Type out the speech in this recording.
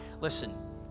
listen